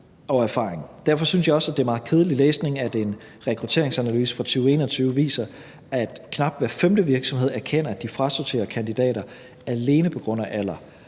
Derfor synes jeg også, at det er meget kedelig læsning, at en rekrutteringsanalyse fra 2021 viser, at knap hver femte virksomhed erkender, at de frasorterer kandidater alene på grund af alder.